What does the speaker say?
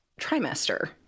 trimester